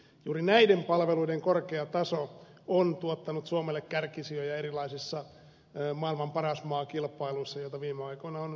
juuri näiden palveluiden korkea taso on tuottanut suomelle kärkisijoja erilaisissa maailman paras maa kilpailuissa joita viime aikoina on runsaasti esiintynyt